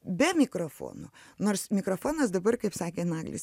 be mikrofonų nors mikrofonas dabar kaip sakė naglis